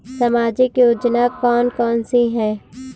सामाजिक योजना कौन कौन सी हैं?